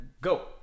go